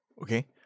okay